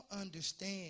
understand